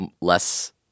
less